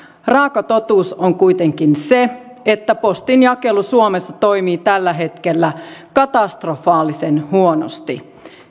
raaka totuus on kuitenkin se että postinjakelu suomessa toimii tällä hetkellä katastrofaalisen huonosti